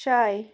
چاے